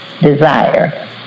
desire